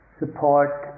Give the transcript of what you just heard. support